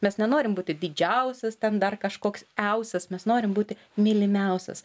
mes nenorim būti didžiausias ten dar kažkoks iausias mes norim būti mylimiausias